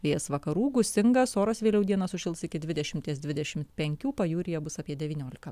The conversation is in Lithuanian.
vėjas vakarų gūsingas oras vėliau dieną sušils iki dvidešimies dvidešim penkių pajūryje bus apie devyniolika